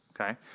okay